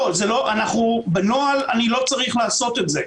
לא, בנוהל אני לא צריך לעשות את זה.